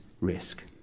risk